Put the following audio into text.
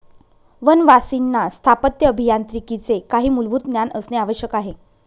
वनवासींना स्थापत्य अभियांत्रिकीचे काही मूलभूत ज्ञान असणे आवश्यक आहे